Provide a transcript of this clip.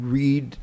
read